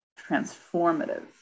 transformative